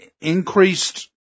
increased